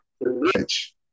rich